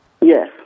Yes